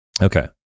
Okay